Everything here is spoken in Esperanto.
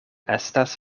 estas